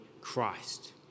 Christ